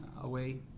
away